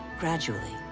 gradually,